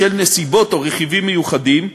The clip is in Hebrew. בשל נסיבות או רכיבים מיוחדים,